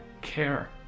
care